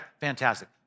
fantastic